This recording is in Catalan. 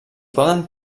poden